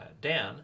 Dan